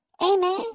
amen